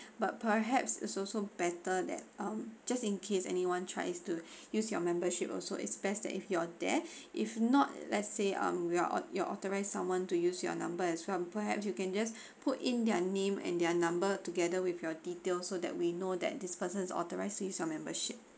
but perhaps it's also better that um just in case anyone tries to use your membership also it's best that if your dare if not let's say um your your authorized someone to use your numbers as well perhaps you can just put in their name and their number together with your details so that we know that this person is authorized membership